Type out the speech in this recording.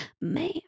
Man